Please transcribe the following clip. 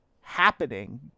happening